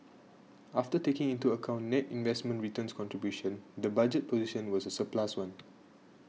after taking into account net investment returns contribution the budget position was a surplus one